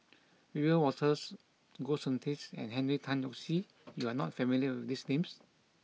Wiebe Wolters Goh Soon Tioe and Henry Tan Yoke See you are not familiar with these names